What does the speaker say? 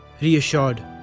reassured